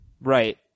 Right